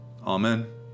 Amen